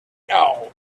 now